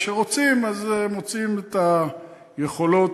וכשרוצים אז מוצאים את היכולות